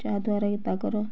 ଯାହାଦ୍ୱାରା କି ତାଙ୍କର